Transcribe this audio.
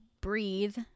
breathe